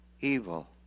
evil